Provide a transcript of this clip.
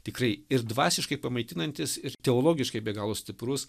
tikrai ir dvasiškai pamaitinantis ir teologiškai be galo stiprus